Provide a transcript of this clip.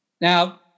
Now